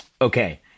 Okay